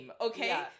okay